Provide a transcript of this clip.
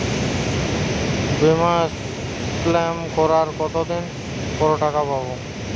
বিমা ক্লেম করার কতদিন পর টাকা পাব?